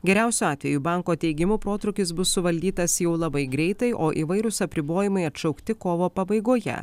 geriausiu atveju banko teigimu protrūkis bus suvaldytas jau labai greitai o įvairūs apribojimai atšaukti kovo pabaigoje